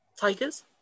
Tigers